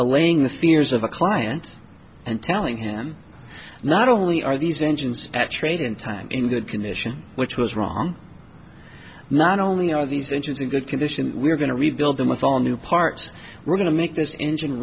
allaying the fears of a client and telling him not only are these engines at trade in time in good condition which was wrong not only are these engines in good condition we're going to rebuild them with all new parts we're going to make this engine